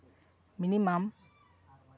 minimum